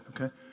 okay